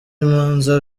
imanza